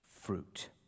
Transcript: fruit